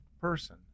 person